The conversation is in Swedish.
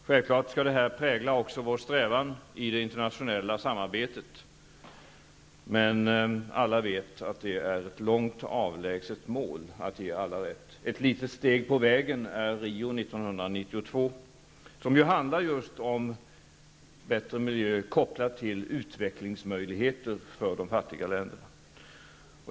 Självfallet skall detta också prägla vår strävan i det internationella samarbetet. Men alla vet att det är ett långt avlägset mål -- att ge alla rätt. Ett litet steg på vägen är Rio 1992, som ju handlar just om bättre miljö, kopplad till utvecklingsmöjligheter för de fattiga länderna.